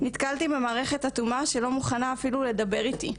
נתקלתי במערכת אטומה, שלא מוכנה אפילו לדבר איתי.